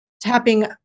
tapping